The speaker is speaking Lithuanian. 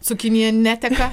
sukinėja neteka